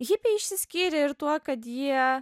hipiai išsiskyrė ir tuo kad jie